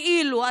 כאילו,